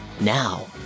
Now